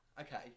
Okay